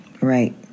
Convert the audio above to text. Right